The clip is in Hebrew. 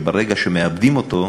וברגע שמאבדים אותו,